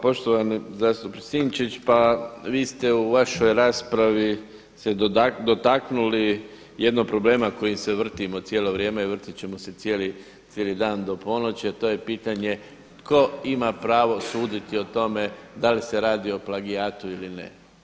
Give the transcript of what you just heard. Poštovani zastupniče Sinčić, pa vi ste u vašoj raspravi se dotaknuli jednog problema kojim se vrtimo cijelo vrijeme i vrtit ćemo se cijeli dan do ponoći, a to je pitanje tko ima pravo suditi o tome da li se radi o plagijatu ili ne.